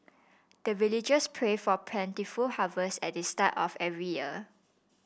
the villagers pray for plentiful harvest at the start of every year